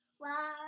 Wow